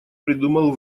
придумал